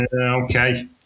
okay